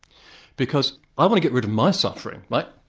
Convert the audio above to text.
because i want to get rid of my suffering, right?